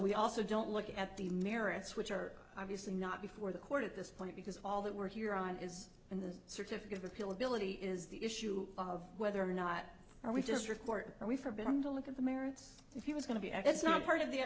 we also don't look at the merits which are obviously not before the court at this point because all that we're here on is in the certificate of appeal ability is the issue of whether or not are we just report or we forbid them to look at the merits if he was going to be i guess not part of the